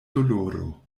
doloro